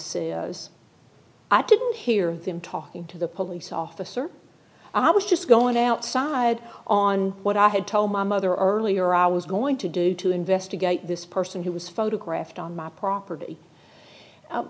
roads i didn't hear them talking to the police officer i was just going outside on what i had told my mother earlier i was going to do to investigate this person who was photographed on my property